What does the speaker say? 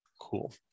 cool